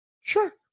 Sure